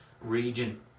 region